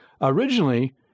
originally